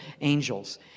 angels